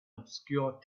obscure